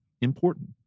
important